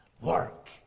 work